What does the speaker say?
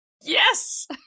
Yes